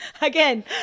again